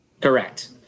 correct